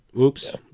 Oops